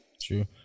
True